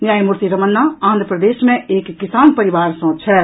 न्यायमूर्ति रमन्ना आंधप्रदेश मे एक किसान परिवार सॅ छथि